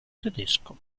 tedesco